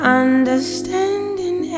understanding